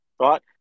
right